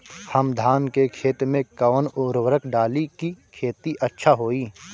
हम धान के खेत में कवन उर्वरक डाली कि खेती अच्छा होई?